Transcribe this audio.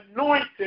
anointed